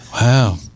Wow